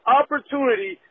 opportunity